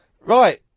Right